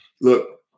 look